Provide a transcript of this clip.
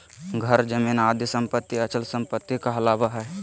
घर, जमीन आदि सम्पत्ति अचल सम्पत्ति कहलावा हइ